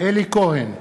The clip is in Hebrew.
אלי כהן,